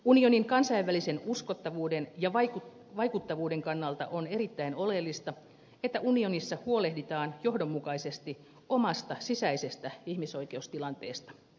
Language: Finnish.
unionin kansainvälisen uskottavuuden ja vaikuttavuuden kannalta on erittäin oleellista että unionissa huolehditaan johdonmukaisesti omasta sisäisestä ihmisoikeustilanteesta